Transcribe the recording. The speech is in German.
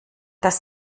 das